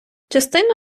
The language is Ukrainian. частину